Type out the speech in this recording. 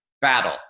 battle